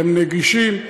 הם נגישים,